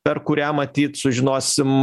per kurią matyt sužinosim